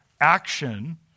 Action